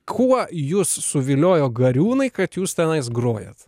kuo jus suviliojo gariūnai kad jūs tenais grojat